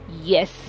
yes